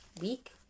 week